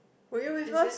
were you with us